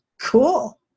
cool